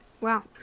Wow